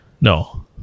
No